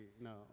No